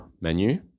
menu